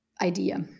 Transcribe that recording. idea